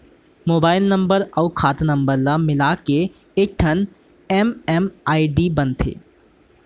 mobile number अउ खाता number ल मिलाके एकठन एम.एम.आई.डी बनाथे